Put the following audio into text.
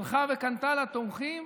הלכה וקנתה לה תומכים,